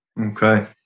Okay